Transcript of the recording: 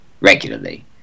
regularly